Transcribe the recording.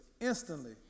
Instantly